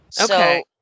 Okay